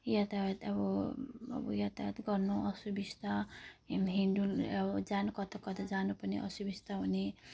यातायात अब अब यातायात गर्नु असुविस्ता हिँडडुल अब जानु कता कता जानु पनि असुविस्ता हुने